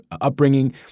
upbringing